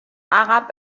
arab